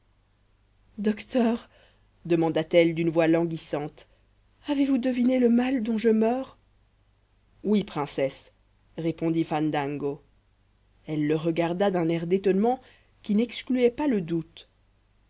docteur demanda-t-elle d'une voix languissante avez-vous deviné le mal dont je meurs oui princesse répondit fandango elle le regarda d'un air d'étonnement qui n'excluait pas le doute